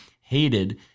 hated